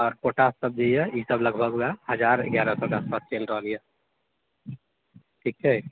आओर पोटास सब जे यए ई सब लगभग वएह लगभग हजार ग्यारह सए के आसपास चलि रहल यए ठीक छै